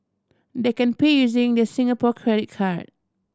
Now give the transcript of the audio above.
they can pay using their Singapore credit card